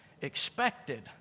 expected